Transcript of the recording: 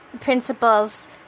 principles